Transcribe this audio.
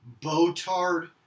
botard